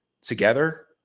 together